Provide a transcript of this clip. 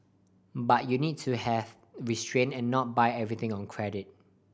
but you need to have restrain and not buy everything on credit